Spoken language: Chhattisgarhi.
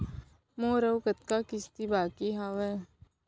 मोर अऊ कतका किसती बाकी हवय?